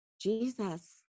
Jesus